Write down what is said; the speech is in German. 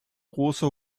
große